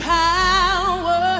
power